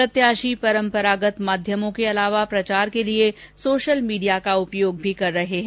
प्रत्याशी परंपरागत माध्यमों के अलावा प्रचार के लिये सोशल मीडिया का उपयोग भी कर रहे हैं